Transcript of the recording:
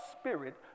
spirit